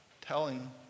telling